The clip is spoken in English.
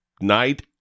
night